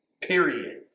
period